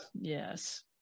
Yes